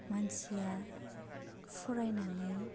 मानसिया फरायनानै